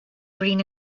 green